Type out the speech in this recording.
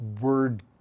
Word